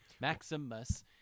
maximus